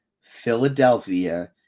Philadelphia